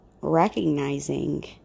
recognizing